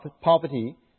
poverty